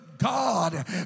God